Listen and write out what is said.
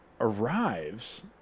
arrives